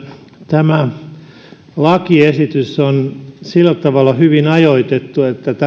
tämä lakiesitys on sillä tavalla hyvin ajoitettu että tämä on